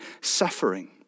suffering